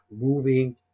moving